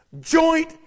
Joint